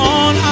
on